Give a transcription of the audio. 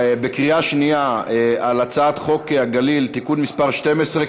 בקריאה שנייה על הצעת חוק הגליל (תיקון מס' 12),